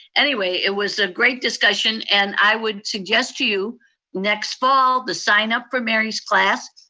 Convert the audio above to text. anyway, it was a great discussion and i would suggest to you next fall, the sign up for mary's class,